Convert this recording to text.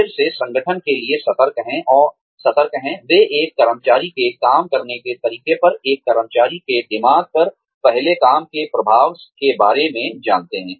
फिर से संगठन के लिए सतर्क हैं वे एक कर्मचारी के काम करने के तरीके परएक कर्मचारी के दिमाग पर पहले काम के प्रभाव के बारे में जानते हैं